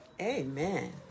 Amen